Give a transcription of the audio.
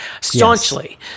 staunchly